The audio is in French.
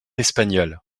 espagnole